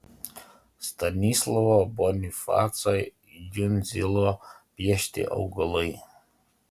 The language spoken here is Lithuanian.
stanislovo bonifaco jundzilo piešti augalai